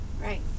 Right